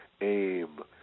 aim